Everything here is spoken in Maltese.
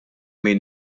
min